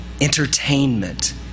entertainment